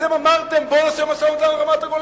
אתם אמרתם: בואו נעשה משא-ומתן על רמת-הגולן.